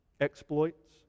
exploits